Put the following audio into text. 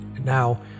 Now